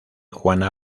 juana